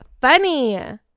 funny